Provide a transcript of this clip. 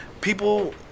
people